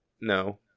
no